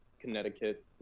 Connecticut